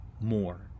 more